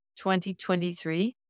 2023